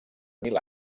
mil